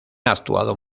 actuado